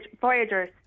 Voyagers